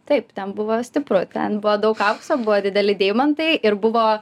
taip ten buvo stipru ten buvo daug aukso buvo dideli deimantai ir buvo